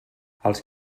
els